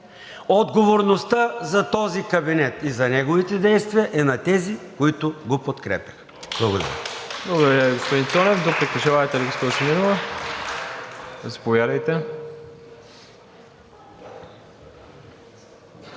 Отговорността за този кабинет и за неговите действия е на тези, които го подкрепят. Благодаря.